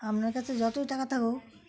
আপনার কাছে যতই টাকা থাকুক